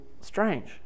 strange